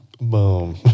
Boom